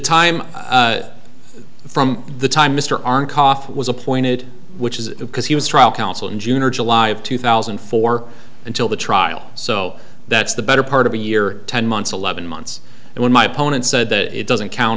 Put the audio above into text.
time from the time mr aren't cough was appointed which is because he was trial counsel in june or july of two thousand and four until the trial so that's the better part of a year ten months eleven months and when my opponent said that it doesn't count